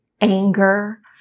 anger